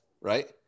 right